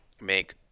make